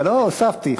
הוספתי.